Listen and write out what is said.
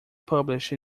published